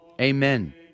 Amen